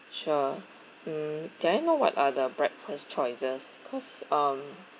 sure mm can I know what are the breakfast choices because um